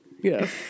Yes